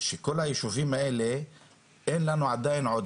שכל הישובים האלה אין לנו עדיין עוד